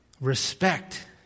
respect